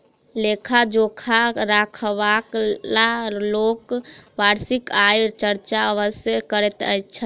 लेखा जोखा राखयबाला लोक वार्षिक आयक चर्चा अवश्य करैत छथि